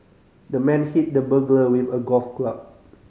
the man hit the burglar with a golf club